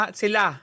sila